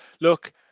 look